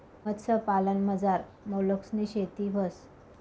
मत्स्यपालनमझार मोलस्कनी शेती व्हस